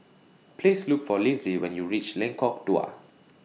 Please Look For Lynsey when YOU REACH Lengkok Dua